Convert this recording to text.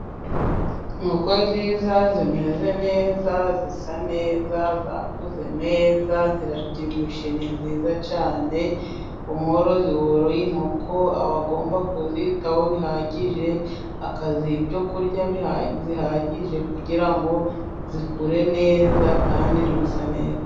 Inkoko nziza, zimeze neza, zisa neza, zakuze neza, zirabyibushye ni nziza cyane, umwororozi woroye inkoko abagomba kuzitaho bihagije, akaziha ibyokurya bihagije kugira ngo zikure neza kandi zisa neza.